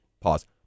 pause